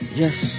yes